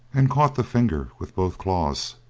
and caught the finger with both claws,